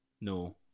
No